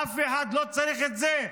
אף אחד לא צריך את זה.